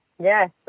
yes